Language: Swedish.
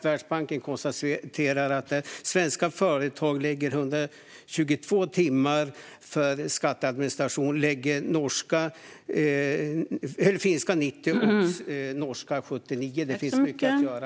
Världsbanken konstaterar att medan svenska företag lägger 122 timmar på skatteadministration lägger finska 90 och norska 79. Det finns mycket att göra.